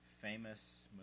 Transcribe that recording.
famous